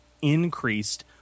increased